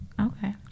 Okay